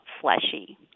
fleshy